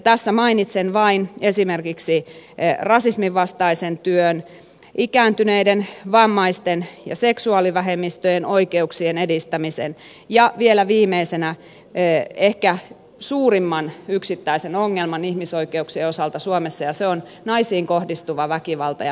tässä mainitsen vain esimerkiksi rasisminvastaisen työn ikääntyneiden vammaisten ja seksuaalivähemmistöjen oikeuksien edistämisen ja vielä viimeisenä ehkä suurimman yksittäisen ongelman ihmisoikeuksien osalta suomessa ja se on naisiin kohdistuva väkivalta ja perheväkivalta